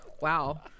Wow